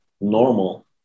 normal